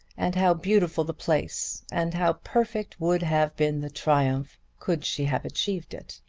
and how beautiful the place, and how perfect would have been the triumph could she have achieved it!